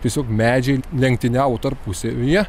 tiesiog medžiai lenktyniauvo tarpusavyje